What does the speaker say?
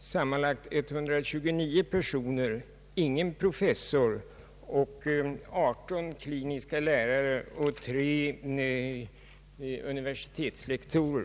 sammanlagt 129 personer — ingen professor men 18 kliniska lärare och 3 universitetslektorer.